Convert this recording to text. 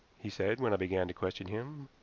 he said when i began to question him.